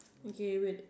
okay wait